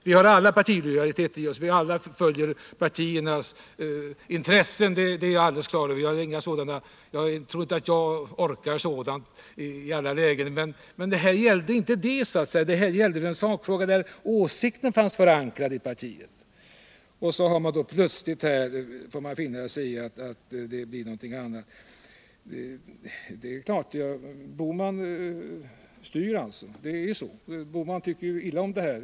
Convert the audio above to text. Vi har alla partilojaliteter i oss, vi följer ju partiernas intressen — det är jag alldeles klar över, även om jag inte tror att jag orkar med sådant i alla lägen. Men detta gällde ju en sakfråga, där åsikten fanns förankrad i partiet. Så får man plötsligt finna sig i att det blir något annat. Gösta Bohman styr alltså — det är ju så. Herr Bohman tycker illa om detta förslag.